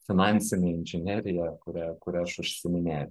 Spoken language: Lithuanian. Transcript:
finansinė inžinerija kuria kuria aš užsiiminėju